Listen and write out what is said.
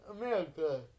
America